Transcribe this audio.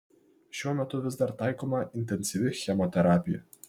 šiuo metu vis dar taikoma intensyvi chemoterapija